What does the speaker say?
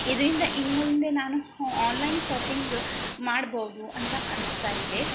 ಇದರಿಂದ ಇನ್ಮುಂದೆ ನಾನು ಆನ್ಲೈನ್ ಶಾಪಿಂಗ್ ಮಾಡ್ಬೋದು ಅಂತ ಅನಿಸ್ತಾಯಿದೆ